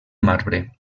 marbre